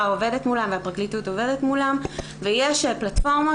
עובדת מולם והפרקליטות עובדת מולם ויש פלטפורמות